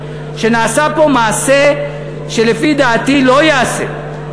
שנעשה פה מעשה שלפי דעתי לא ייעשה.